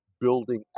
building